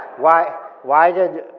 why why did,